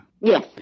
Yes